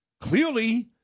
clearly